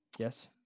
Yes